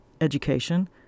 education